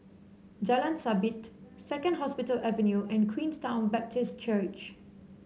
Jalan Sabit Second Hospital Avenue and Queenstown Baptist Church